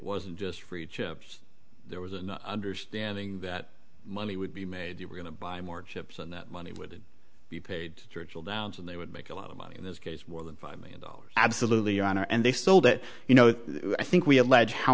wasn't just free chips there was an understanding that money would be made you were going to buy more chips and that money would be paid to churchill downs and they would make a lot of money in this case where the five million dollars absolutely honor and they sold it you know i think we